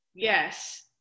yes